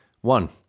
one